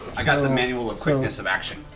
i got the manual of quickness of action.